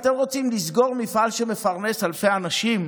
אתם רוצים לסגור מפעל שמפרנס אלפי אנשים?